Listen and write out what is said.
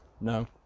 no